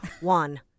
One